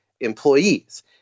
employees